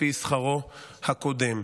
לפי שכרו הקודם,